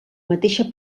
mateixa